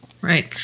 Right